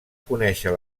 conèixer